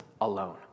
alone